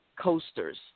coasters